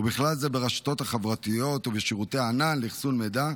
ובכלל זה ברשתות חברתיות ובשירות׳ ענן לאכסון מידע,